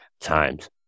times